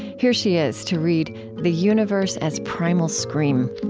here she is, to read the universe as primal scream.